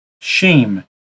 shame